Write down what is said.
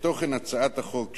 שתוכן הצעת החוק,